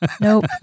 Nope